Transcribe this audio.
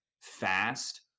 fast